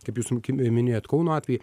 kaip jūs mi minėjot kauno atvejį